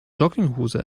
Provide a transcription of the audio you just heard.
jogginghose